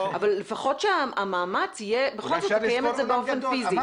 אבל לפחות שהמאמץ יהיה בכל זאת לקיים את זה באופן פיסי.